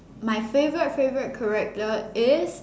my favourite favourite character is